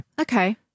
Okay